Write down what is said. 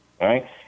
right